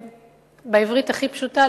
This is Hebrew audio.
ו-בעברית הכי פשוטה,